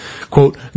Quote